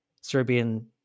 Serbian